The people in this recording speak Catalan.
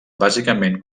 bàsicament